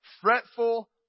fretful